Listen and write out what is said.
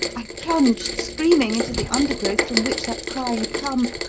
i plunged screaming into the undergrowth from which that cry had come,